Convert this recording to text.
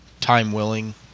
time-willing